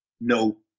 no